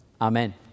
Amen